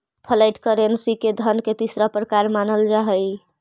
flat currency के धन के तीसरा प्रकार मानल जा हई